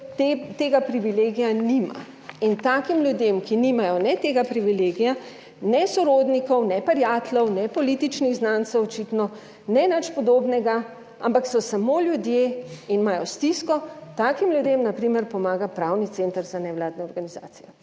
tega privilegija nima in takim ljudem, ki nimajo ne tega privilegija, ne sorodnikov, ne prijateljev, ne političnih znancev, očitno, ne nič podobnega, ampak so samo ljudje in imajo stisko. Takim ljudem na primer pomaga Pravni center za nevladne organizacije.